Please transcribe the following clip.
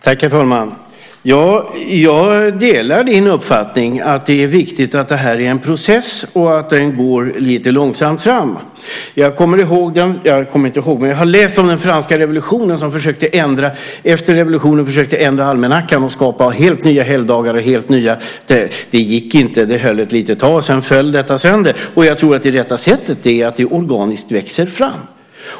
Herr talman! Jag delar din uppfattning att det är viktigt att det här är en process och att den går lite långsamt fram. Jag har läst om den franska revolutionen. Efter revolutionen försökte man ändra almanackan och skapa helt nya helgdagar. Det gick inte. Det höll ett litet tag. Sedan föll detta sönder. Jag tror att det rätta sättet är att det organiskt växer fram.